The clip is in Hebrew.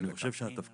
תודה רבה.